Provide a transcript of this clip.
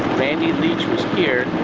randy leach was here.